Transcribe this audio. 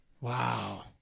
wow